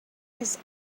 his